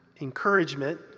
encouragement